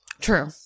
True